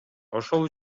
ошол